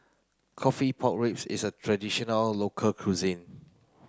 coffee pork ribs is a traditional local cuisine